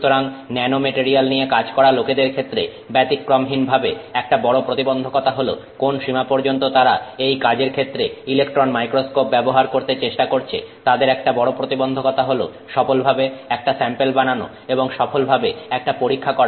সুতরাং ন্যানোমেটারিয়াল নিয়ে কাজ করা লোকেদের ক্ষেত্রে ব্যতিক্রমহীনভাবে একটা বড় প্রতিবন্ধকতা হল কোন সীমা পর্যন্ত তারা এই কাজের ক্ষেত্রে ইলেকট্রন মাইক্রোস্কোপ ব্যবহার করতে চেষ্টা করছে তাদের একটা বড় প্রতিবন্ধকতা হল সফলভাবে একটা স্যাম্পেল বানানো এবং সফলভাবে একটা পরীক্ষা করা